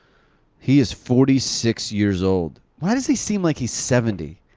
he is forty six years old. why does he seem like he's seventy?